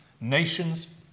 Nations